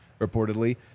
reportedly